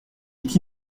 est